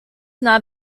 not